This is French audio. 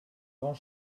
grand